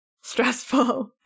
stressful